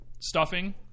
stuffing